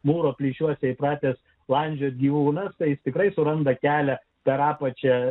mūro plyšiuose įpratęs landžioti gyvūnas tai tikrai suranda kelią per apačią